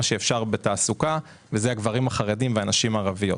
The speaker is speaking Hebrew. שאפשר בתעסוקה - הגברים החרדים והנשים הערביות.